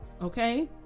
Okay